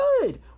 good